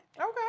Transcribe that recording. Okay